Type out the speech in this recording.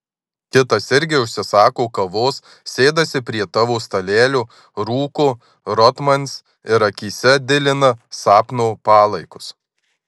kitas irgi užsisako kavos sėdasi prie tavo stalelio rūko rotmans ir akyse dilina sapno palaikus